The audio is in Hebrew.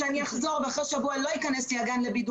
שאני אחזור ואחרי שבוע הגן שלי לא ייכנס לבידוד,